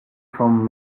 from